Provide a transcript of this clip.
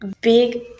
big